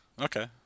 Okay